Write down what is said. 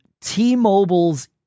T-Mobile's